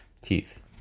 teeth